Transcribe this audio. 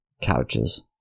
couches